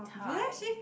thigh